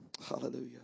Hallelujah